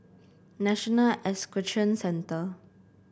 National Equestrian Centre